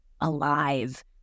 alive